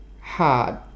Hard